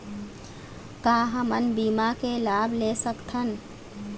का हमन बीमा के लाभ ले सकथन?